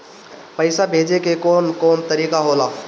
पइसा भेजे के कौन कोन तरीका होला?